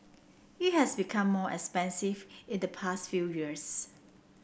it has become more expensive in the past few years